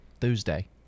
Thursday